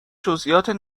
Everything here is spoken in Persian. جزییات